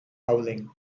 howling